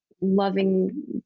loving